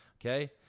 okay